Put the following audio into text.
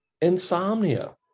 insomnia